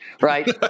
right